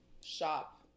shop